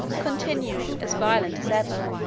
continuing as violent as ever.